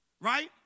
right